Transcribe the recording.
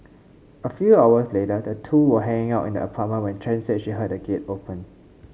a few hours later the two were hanging out in the apartment when Chen said she heard a gate open